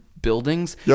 buildings